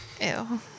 Ew